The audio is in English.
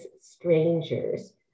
strangers